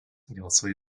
gelsvai